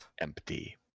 Empty